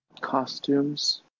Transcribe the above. Costumes